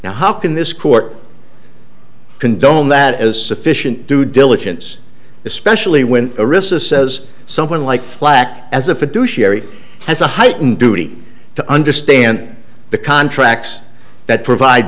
now how can this court condone that as sufficient due diligence especially when arista says someone like flack as a fiduciary has a heightened duty to understand the contracts that provide